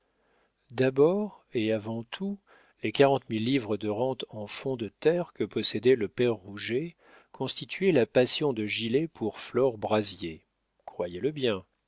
d'abord et avant tout les quarante mille livres de rente en fonds de terre que possédait le père rouget constituaient la passion de gilet pour flore brazier croyez-le bien